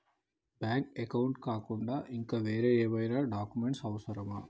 Bank account కాకుండా ఇంకా వేరే ఏమైనా డాక్యుమెంట్స్ అవసరమా?